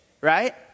right